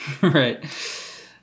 Right